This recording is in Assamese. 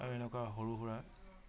আৰু এনেকুৱা সৰু সুৰা